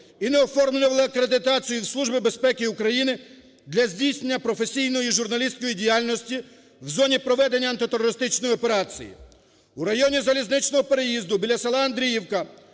і не оформили акредитацію в Служби безпеки України для здійснення професійної журналістської діяльності в зоні проведення антитерористичної операції. У районі залізничного переїзду біля села Андріївка